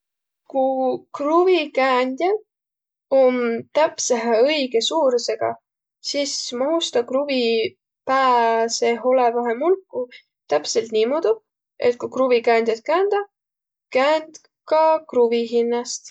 Ku kruvikäändjä om täpsähe õigõ suurusõga, sis mahus tä kruvi pää seeh olõvahe mulku täpselt niimoodu, et ku kruvikäändjät käändäq, käänd ka kruvi hinnäst.